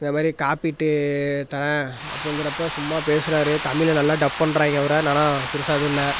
இதை மாதிரி காப்பீட்டு தர்றேன் அப்படிங்கிறப்ப சும்மா தமிழை நல்லா டப் பண்றாங்க அவரை ஆனால் பெரிசா எதுவும் இல்லை